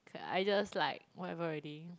k~ I just like whatever already